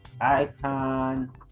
icon